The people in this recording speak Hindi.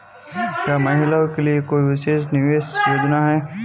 क्या महिलाओं के लिए कोई विशेष निवेश योजना है?